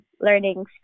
learning